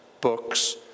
books